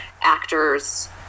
actors